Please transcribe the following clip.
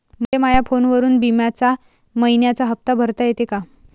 मले माया फोनवरून बिम्याचा मइन्याचा हप्ता भरता येते का?